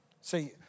See